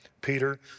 Peter